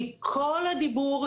כי כל הדיבור,